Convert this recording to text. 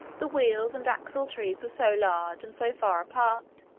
the wheels and axle-trees were so large, and so far apart,